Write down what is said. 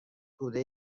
توده